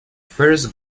first